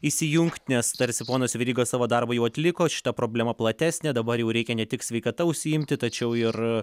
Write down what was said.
įsijungt nes tarsi ponas veryga savo darbą jau atliko šita problema platesnė dabar jau reikia ne tik sveikata užsiimti tačiau ir